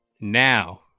Now